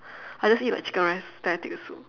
I just eat like chicken rice then I take the soup